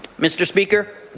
mr. speaker,